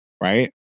right